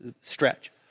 stretch